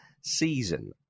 season